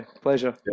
pleasure